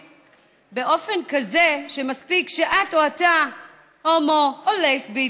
באופן כזה שמספיק שאת או אתה הומו או לסבית,